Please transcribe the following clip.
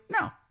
No